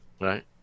Right